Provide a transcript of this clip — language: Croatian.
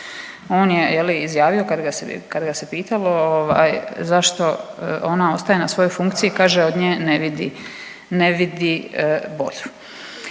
ga se, kad ga se pitalo ovaj zašto ona ostaje na svojoj funkciji, kaže od nje ne vidi,